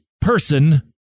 person